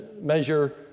measure